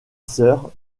sœur